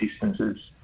distances